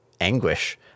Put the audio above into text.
anguish